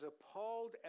appalled